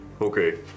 Okay